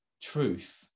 truth